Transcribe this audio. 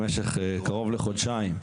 במשך קרוב לחודשיים,